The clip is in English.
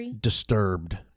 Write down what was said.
disturbed